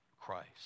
Christ